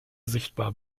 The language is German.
sichtbar